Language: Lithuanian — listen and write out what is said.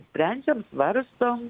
sprendžiam svarstom